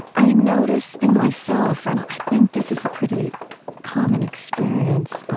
i notice in myself and i think this is a pretty common experience